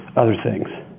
other things.